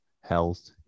health